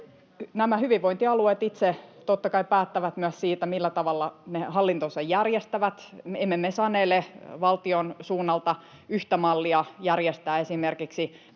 Nämä hyvinvointialueet itse, totta kai, päättävät myös siitä, millä tavalla ne hallintonsa järjestävät. Emme me sanele valtion suunnalta yhtä mallia järjestää esimerkiksi